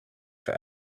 for